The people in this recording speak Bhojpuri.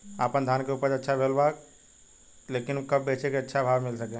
आपनधान के उपज अच्छा भेल बा लेकिन कब बेची कि अच्छा भाव मिल सके?